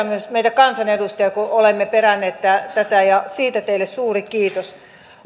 myös meitä kansanedustajia kun olemme peränneet tätä siitä teille suuri kiitos